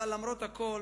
אבל, למרות הכול